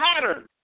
pattern